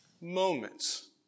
moments